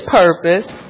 purpose